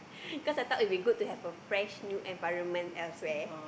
cause I thought it will be good to have a fresh new environment elsewhere